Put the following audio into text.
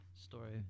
story